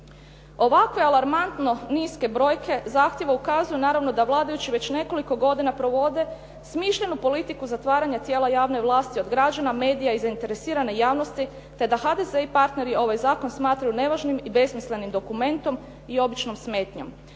Ovakve alarmantno niske brojke zahtjeva ukazuju naravno da vladajući već nekoliko godina provode smišljenu politiku zatvaranja tijela javne vlasti od građana, medija i zainteresirane javnosti te da HDZ i partneri ovaj zakon smatraju nevažnim i besmislenim dokumentom i običnom smetnjom.